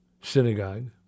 synagogue